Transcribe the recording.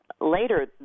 later